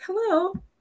Hello